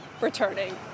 returning